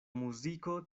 muziko